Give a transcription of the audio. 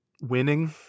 Winning